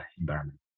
environment